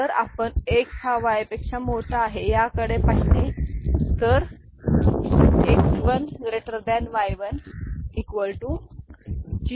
जर आपण X हा Y पेक्षा मोठा आहे याकडे पाहिले तर X 1 Y 1G1